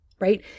right